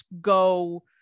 go